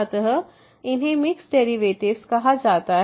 अतः इन्हें mixed derivatives कहा जाता है